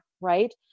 right